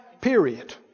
period